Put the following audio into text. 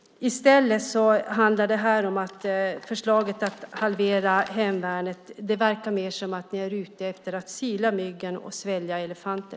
Med förslaget att halvera hemvärnet verkar ni mer vara ute efter att sila mygg och svälja kameler.